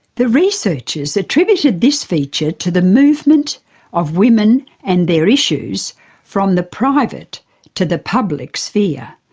the researchers attributed this feature to the movement of women and their issues from the private to the public sphere,